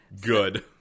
Good